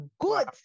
good